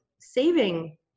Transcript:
saving